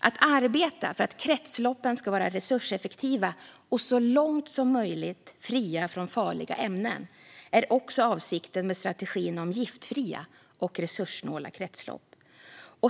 Att arbeta för att kretsloppen ska vara resurseffektiva och så långt som möjligt fria från farliga ämnen är också avsikten med strategin om giftfria och resurssnåla kretslopp.